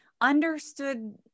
understood